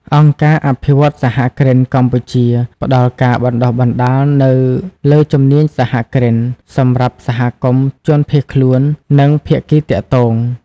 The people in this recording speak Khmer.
អង្គការអភិវឌ្ឍន៍សហគ្រិនកម្ពុជា ផ្តល់ការបណ្តុះបណ្តាលនៅលើជំនាញសហគ្រិន សម្រាប់សហគមន៍ជនភៀសខ្លួន និងភាគីទាក់ទង។